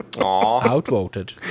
outvoted